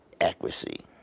accuracy